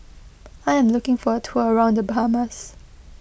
I am looking for a tour around the Bahamas